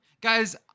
guys